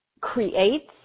creates